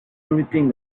everything